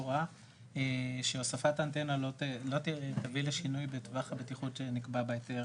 הוראה שהוספת האנטנה לא תביא לשינוי בטווח הבטיחות שנקבע בהיתר